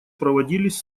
проводились